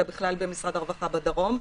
אלא בכלל במשרד הרווחה בדרום.